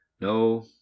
No